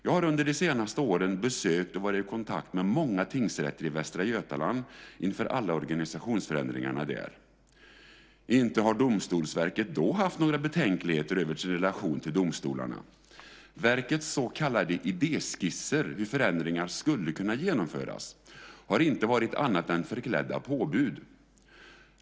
Jag har under de senaste åren besökt och varit i kontakt med många tingsrätter i Västra Götaland inför alla organisationsförändringarna där. Inte har Domstolsverket då haft några betänkligheter över sin relation till domstolarna. Verkets så kallade idéskisser över hur förändringar skulle kunna genomföras har inte varit annat än förklädda påbud.